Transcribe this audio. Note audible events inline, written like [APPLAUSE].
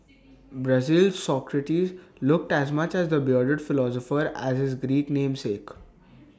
[NOISE] Brazil's Socrates looked as much the bearded philosopher as his Greek namesake